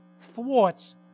thwarts